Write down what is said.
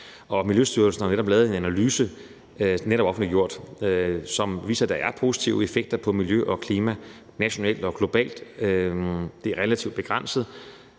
Miljøstyrelsen har jo lavet en analyse, som netop er offentliggjort, og som viser, at der er positive effekter på miljø og klima nationalt og globalt. Det er relativt begrænset.